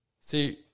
see